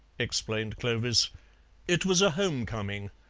explained clovis it was a home-coming.